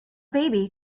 baby